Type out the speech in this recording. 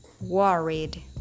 worried